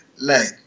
leg